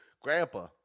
grandpa